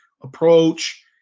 approach